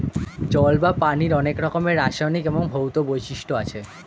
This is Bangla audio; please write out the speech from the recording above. জল বা পানির অনেক রকমের রাসায়নিক এবং ভৌত বৈশিষ্ট্য আছে